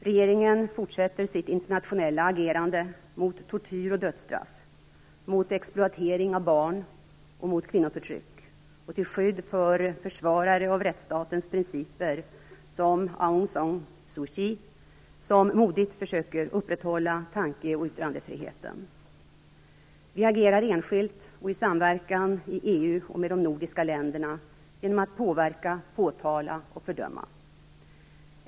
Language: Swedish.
Regeringen fortsätter sitt internationella agerande mot tortyr och dödsstraff, mot exploatering av barn och mot kvinnoförtryck och till skydd för försvarare av rättsstatens principer, som Aung Sang Suu Kui, som modigt försöker upprätthålla tanke och yttrandefriheten. Vi agerar enskilt eller i samverkan i EU och med de nordiska länderna genom att påverka, påtala eller fördöma.